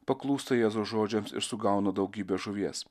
paklūsta jėzaus žodžiams ir sugauna daugybę žuvies